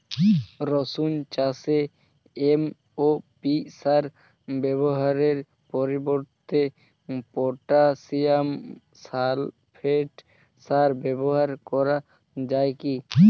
রসুন চাষে এম.ও.পি সার ব্যবহারের পরিবর্তে পটাসিয়াম সালফেট সার ব্যাবহার করা যায় কি?